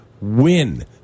win